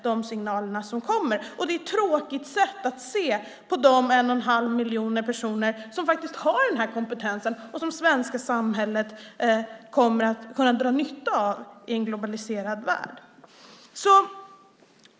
Det är ett tråkigt sätt att se på de en och en halv miljoner personer som har den här kompetensen och som det svenska samhället kommer att kunna dra nytta av i en globaliserad värld.